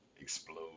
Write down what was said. explode